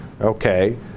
okay